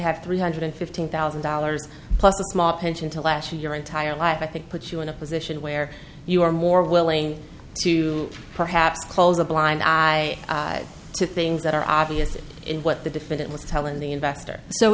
have three hundred fifteen thousand dollars plus a small pension to last you your entire life i think put you in a position where you are more willing to perhaps close a blind eye to things that are obvious in what the defendant was telling the investor so